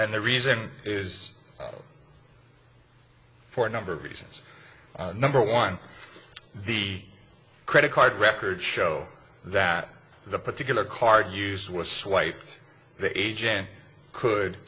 and the reason is for a number of reasons number one the credit card records show that the particular card use was swiped the agent could